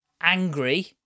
angry